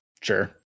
sure